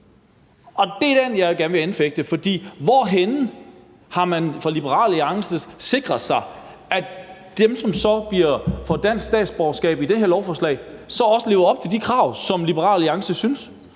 Og det er det, jeg gerne vil anfægte, for hvorhenne har man fra Liberal Alliances side sikret sig, at dem, som så får dansk statsborgerskab i det her lovforslag, så også lever op til de krav, som Liberal Alliance synes